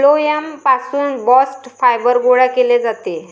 phloem पासून bast fibre गोळा केले जाते